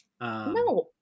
No